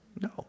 No